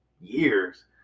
years